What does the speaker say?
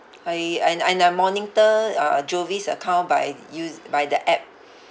I and and I monitor uh jovie's account by use by the app